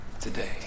today